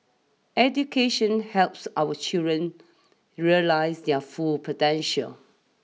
education helps our children realise their full potential